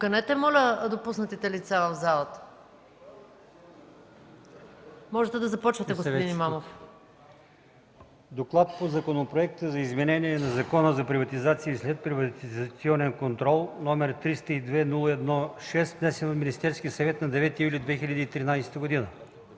„ДОКЛАД по Законопроекта за изменение на Закона за приватизация и следприватизационен контрол, № 302-01-6, внесен от Министерския съвет на 9 юли 2013 г.